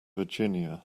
virginia